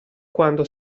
quando